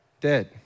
dead